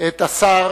את השר